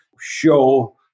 show